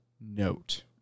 note